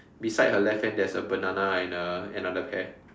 beside her left hand there's a banana and uh another pear